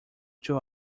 two